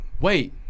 Wait